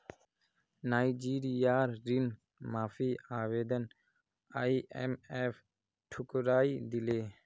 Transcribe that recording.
नाइजीरियार ऋण माफी आवेदन आईएमएफ ठुकरइ दिले